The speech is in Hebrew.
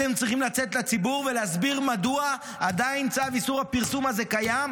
אתם צריכים לצאת לציבור ולהסביר מדוע עדיין צו איסור הפרסום הזה קיים,